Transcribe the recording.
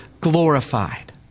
glorified